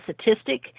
statistic